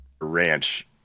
Ranch